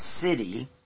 city